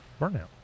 burnout